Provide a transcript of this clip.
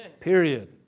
Period